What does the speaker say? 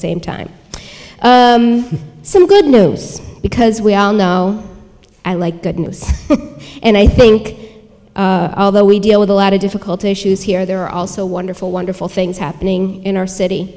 same time some good news because we all know i like good news and i think although we deal with a lot of difficult issues here there are also wonderful wonderful things happening in our city